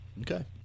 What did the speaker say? Okay